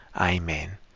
Amen